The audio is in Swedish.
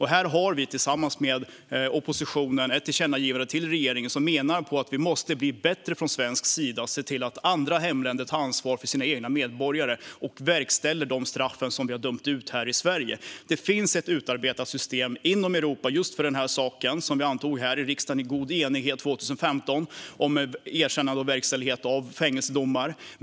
Här har vi tillsammans med oppositionen ett tillkännagivande till regeringen där vi menar att vi från svensk sida måste bli bättre på att se till att andra länder tar ansvar för sina egna medborgare och verkställer de straff som vi har dömt ut här i Sverige. Det finns ett utarbetat system inom Europa - som vi 2015 antog här i riksdagen i god enighet - om erkännande och verkställighet av fängelsedomar.